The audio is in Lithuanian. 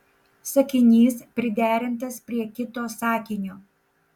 sakinys priderintas prie kito sakinio